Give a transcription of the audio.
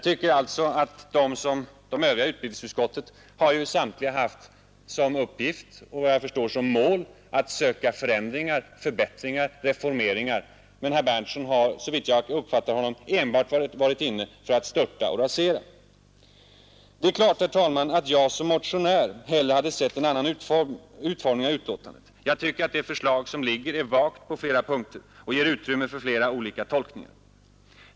De övriga inom utbildningsutskottet har såvitt jag förstår haft som sin målsättning att söka åstadkomma förändringar, förbättringar och reformeringar, men herr Berndtson har som jag uppfattat honom enbart gått in för att störta och rasera. Det är klart, herr talman, att jag som motionär hellre hade sett en annan utformning av betänkandet. Jag tycker att det förslag som föreligger är vagt på åtskilliga punkter och ger utrymme för flera olika tolkningar.